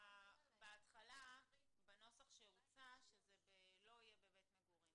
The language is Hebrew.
בהתחלה הוצע שזה לא יהיה בבית מגורים,